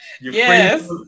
Yes